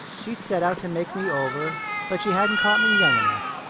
she'd set out to make me over but she hadn't caught me young enough.